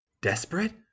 Desperate